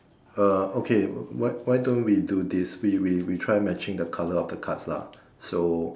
uh okay why why don't we do this we we we try matching the colour of the cards lah so